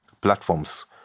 platforms